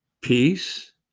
peace